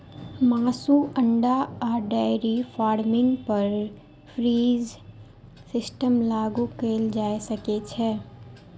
मासु, अंडा आ डेयरी फार्मिंग पर फ्री रेंज सिस्टम लागू कैल जा सकै छै